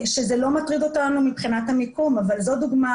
שזה לא מטריד אותנו מבחינת המיקום אבל זאת דוגמה